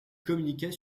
communiquaient